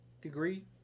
degree